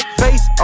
face